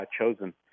chosen